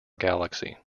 galaxy